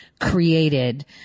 created